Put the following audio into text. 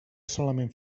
solament